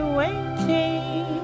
waiting